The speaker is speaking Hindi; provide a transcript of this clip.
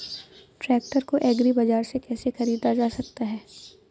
ट्रैक्टर को एग्री बाजार से कैसे ख़रीदा जा सकता हैं?